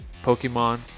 Pokemon